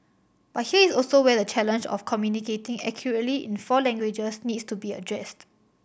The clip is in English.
but here is also where the challenge of communicating accurately in four languages needs to be addressed